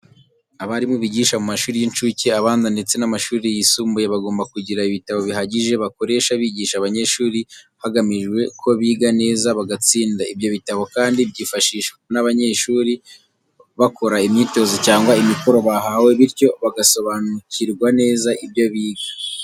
Abarimu bigisha mu mashuri y'incuke, abanza ndetse n'amashuri yisumbuye bagomba kugira ibitabo bihagije bakoresha bigisha abanyeshuri, hagamijwe ko biga neza bagatsinda. Ibyo bitabo kandi byifashishwa n'abanyeshuri bakora imyitozo cyangwa imikoro bahawe, bityo bagasobanukirwa neza ibyo biga.